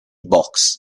boxe